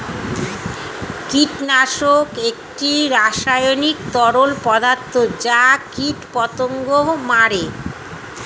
কীটনাশক একটি রাসায়নিক তরল পদার্থ যা কীটপতঙ্গ মারে